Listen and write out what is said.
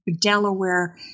Delaware